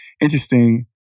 interesting